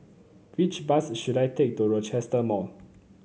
which bus should I take to Rochester Mall